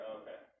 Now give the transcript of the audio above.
okay